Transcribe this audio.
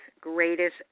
greatest